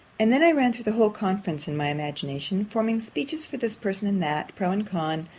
and then i ran through the whole conference in my imagination, forming speeches for this person and that, pro and con,